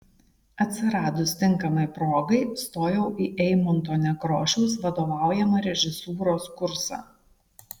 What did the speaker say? atsiradus tinkamai progai stojau į eimunto nekrošiaus vadovaujamą režisūros kursą